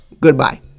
Goodbye